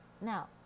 now